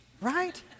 Right